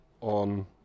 on